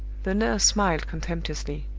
the nurse smiled contemptuously.